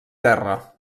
terra